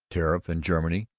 tariff, and germany,